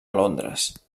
londres